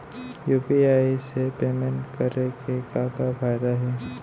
UPI से payment करे के का का फायदा हे?